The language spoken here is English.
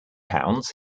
pounds